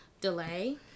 delay